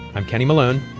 i'm kenny malone.